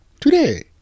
today